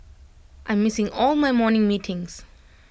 I'm missing all my morning meetings